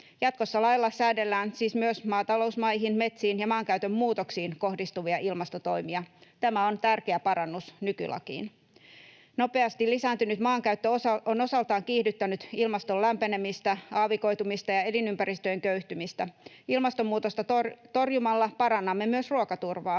Jatkossa lailla säädellään siis myös maatalousmaihin, metsiin ja maankäytön muutoksiin kohdistuvia ilmastotoimia. Tämä on tärkeä parannus nykylakiin. Nopeasti lisääntynyt maankäyttö on osaltaan kiihdyttänyt ilmaston lämpenemistä, aavikoitumista ja elinympäristöjen köyhtymistä. Ilmastonmuutosta torjumalla parannamme myös ruokaturvaa.